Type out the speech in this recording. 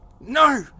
No